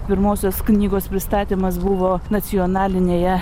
pirmosios knygos pristatymas buvo nacionalinėje